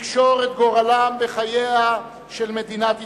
לקשור את גורלם בחייה של מדינת ישראל.